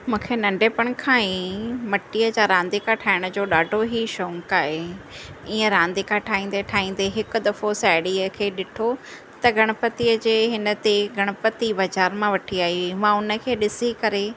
मूंखे नंढपण खां ई मिटीअ जा रांदीका ठाहिण जो ॾाढो ही शौक़ु आहे ईअं रांदीका ठाहींदे ठाहींदे हिकु दफ़ो साहेड़ीअ खे ॾिठो त गणपतीअ जे हिन ते गणपति बाज़ारि मां वठी आई हुई मां हुनखे ॾिसी करे